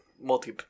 multi